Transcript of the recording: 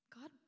God